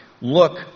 Look